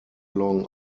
long